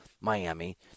Miami